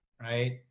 right